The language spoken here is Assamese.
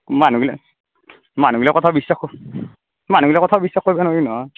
মানুহবিলাক মানুহবিলাক কথা বিশ্বাস ক মানুহবিলাক কথা বিশ্বাস কৰিব নোৱাৰি নহয়